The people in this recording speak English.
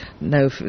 no